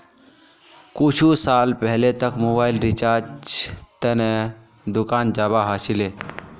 कुछु साल पहले तक मोबाइल रिचार्जेर त न दुकान जाबा ह छिले